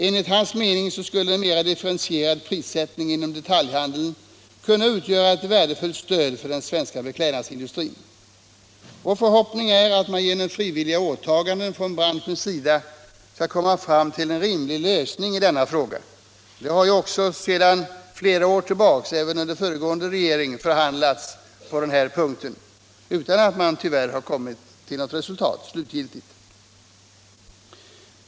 Enligt hans mening skulle en mera differentierad prissättning inom detaljhandeln kunna utgöra ett värdefullt stöd för den svenska beklädnadsindustrin. Vår förhoppning är att man genom frivilliga åtaganden från branschens sida skall kunna komma fram till en rimlig lösning av denna fråga. Det har ju också sedan flera år tillbaka, även av föregående regering, förhandlats på den här punkten, tyvärr utan att man kommit till något slutgiltigt resultat.